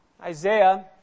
Isaiah